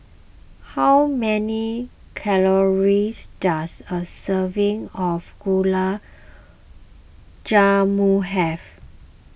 how many calories does a serving of Gulab Jamun have